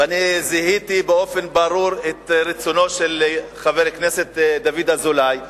ואני זיהיתי באופן ברור את רצונו של חבר הכנסת דוד אזולאי,